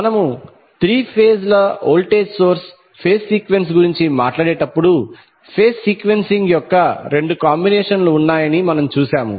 మనము three phase ల voltage source phase sequence గురించి మాట్లాడేటప్పుడు ఫేజ్ సీక్వెన్సింగ్ యొక్క రెండు కాంబినేషన్లు ఉన్నాయని మనం చూశాము